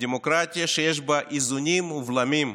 דמוקרטיה שבה יש איזונים ובלמים,